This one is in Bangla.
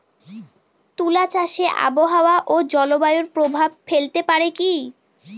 তুলা চাষে আবহাওয়া ও জলবায়ু প্রভাব ফেলতে পারে কি?